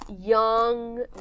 young